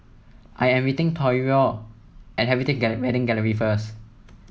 I am meeting Toivo at Wedding Gallery first